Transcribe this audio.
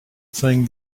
thing